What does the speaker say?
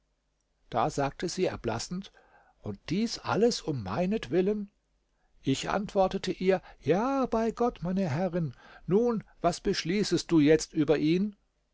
da sagte sie erblassend und dies alles um meinetwillen ich antwortete ihr ja bei gott meine herrin nun was beschließest du jetzt über ihn